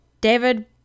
David